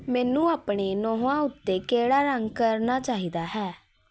ਮੈਨੂੰ ਆਪਣੇ ਨਹੁੰਆਂ ਉੱਤੇ ਕਿਹੜਾ ਰੰਗ ਕਰਨਾ ਚਾਹੀਦਾ ਹੈ